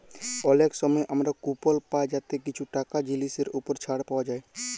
অলেক সময় আমরা কুপল পায় যাতে কিছু টাকা জিলিসের উপর ছাড় পাউয়া যায়